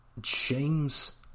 James